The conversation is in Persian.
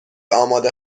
آماده